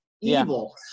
evil